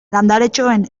landaretxoen